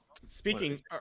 speaking